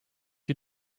you